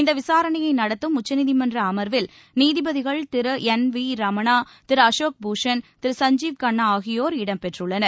இந்த விசாரணையை நடத்தும் உச்சநீதிமன்ற அமர்வில் நீதிபதிகள் திரு என் வி ரமணா திரு அசோக் பூஷண் திரு சஞ்சீவ் கண்ணா ஆகியோர் இடம் பெற்றுள்ளனர்